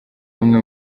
amwe